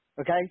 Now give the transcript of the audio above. Okay